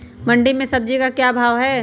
मंडी में सब्जी का क्या भाव हैँ?